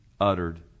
uttered